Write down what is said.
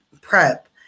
PrEP